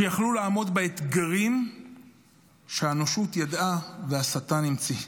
שיכלו לעמוד באתגרים שהאנושות ידעה והשטן המציא.